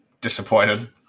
Disappointed